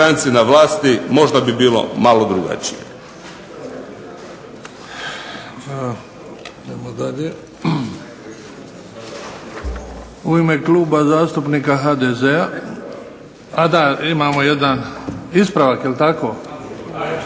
U ime Kluba zastupnika HDZ-a… A da, imamo jedan ispravak jel tako.